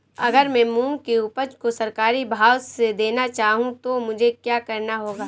अगर मैं मूंग की उपज को सरकारी भाव से देना चाहूँ तो मुझे क्या करना होगा?